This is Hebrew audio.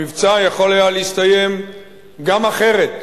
המבצע יכול היה להסתיים גם אחרת,